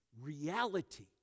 reality